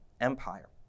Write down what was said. Empire